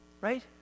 Right